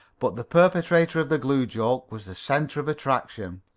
but the perpetrator of the glue-joke was the center of attraction.